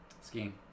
Skiing